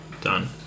done